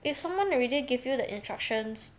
if someone already give you the instructions